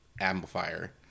amplifier